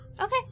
Okay